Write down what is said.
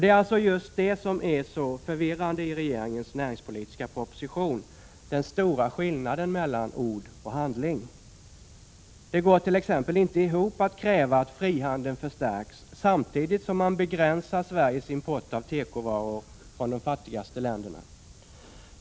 Det är alltså just det som är så förvirrande i regeringens näringspolitiska proposition: den stora skillnaden mellan ord och handling. Det gårt.ex. inte ihop att kräva att frihandeln förstärks samtidigt som man begränsar Sveriges import av tekovaror från de fattigaste länderna.